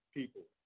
people